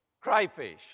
crayfish